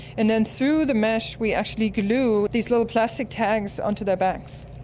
and then through the mesh we actually glue these little plastic tags onto their backs.